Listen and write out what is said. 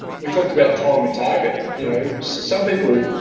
we talked about time and target, you know, some people